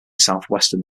southwestern